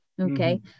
Okay